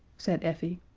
said effie.